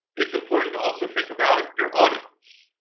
it's important to also think about your audience,